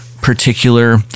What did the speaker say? particular